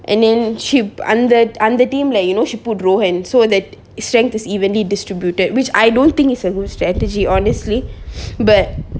and then she அந்த அந்த:antha antha team lah you know she put rowen so that strength is evenly distributed which I don't think it's a good strategy honestly but